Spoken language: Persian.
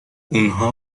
اونها